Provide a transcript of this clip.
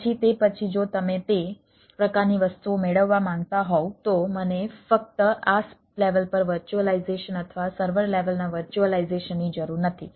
પછી તે પછી જો તમે તે પ્રકારની વસ્તુઓ મેળવવા માંગતા હોવ તો મને ફક્ત IaaS લેવલ પર વર્ચ્યુઅલાઈઝેશન અથવા સર્વર લેવલના વર્ચ્યુઅલાઈઝેશનની જરૂર નથી